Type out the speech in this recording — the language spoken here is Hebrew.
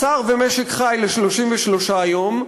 בשר ומשק חי ל-33 יום,